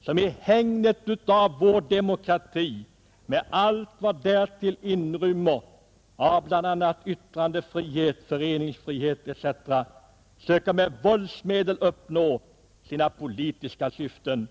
som i hägnet av vår demokrati — med allt vad däri inrymmes av yttrandefrihet, föreningsfrihet etc. — söker med våldsmedel uppnå sina politiska syften.